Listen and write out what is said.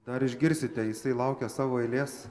dar išgirsite jisai laukia savo eilės